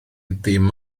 ddim